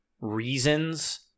reasons